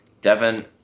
Devin